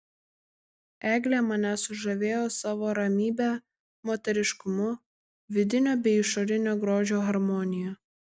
eglė mane sužavėjo savo ramybe moteriškumu vidinio bei išorinio grožio harmonija